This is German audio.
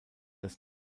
das